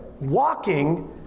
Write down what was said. walking